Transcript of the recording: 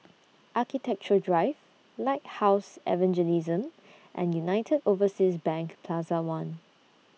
Architecture Drive Lighthouse Evangelism and United Overseas Bank Plaza one